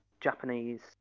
Japanese